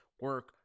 Work